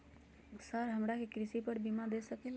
Sir हमरा के कृषि पर बीमा दे सके ला?